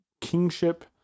kingship